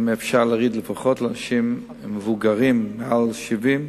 להוריד, לפחות לאנשים מבוגרים מעל 70,